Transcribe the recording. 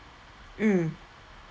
mm